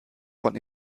von